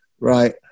right